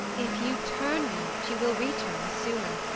if you turn not, you will return the sooner.